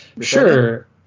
Sure